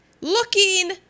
looking